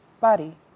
Body